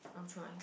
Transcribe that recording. I will try